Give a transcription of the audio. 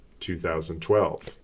2012